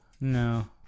No